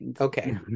okay